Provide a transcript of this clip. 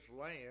land